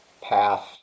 path